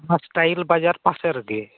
ᱚᱱᱟ ᱥᱴᱟᱭᱤᱞ ᱵᱟᱡᱟᱨ ᱯᱟᱥᱮ ᱨᱮᱜᱮ